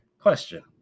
Question